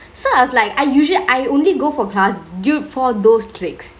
so I was like I usually I only go for class dude for those tricks